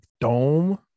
dome